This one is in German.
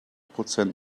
prozent